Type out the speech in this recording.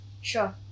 Sure